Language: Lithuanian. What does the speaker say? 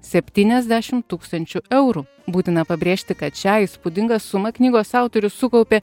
septyniasdešimt tūkstančių eurų būtina pabrėžti kad šią įspūdingą sumą knygos autorius sukaupė